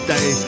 Day